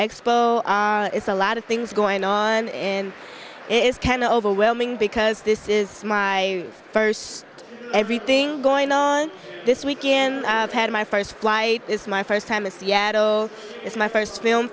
expo it's a lot of things going on in is can overwhelming because this is my first everything going on this weekend i've had my first flight is my first time in seattle is my first film